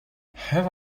have